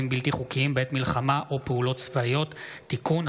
בלתי חוקיים בעת מלחמה או פעולות צבאיות) (תיקון),